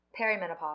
Perimenopause